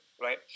right